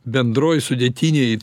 bendroj sudėtinėj